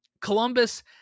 Columbus